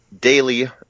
daily